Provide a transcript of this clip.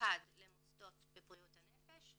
ממוקד למוסדות בבריאות הנפש,